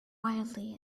wildly